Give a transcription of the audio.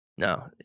No